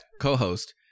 co-host